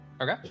Okay